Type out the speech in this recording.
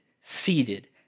seated